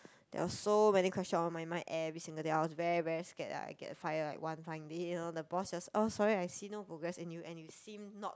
there was so many question on my mind every single day I was very very scared that I get fired like one fine day you know the boss just oh sorry I see no progress in you and you seem not